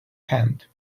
hand